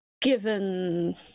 Given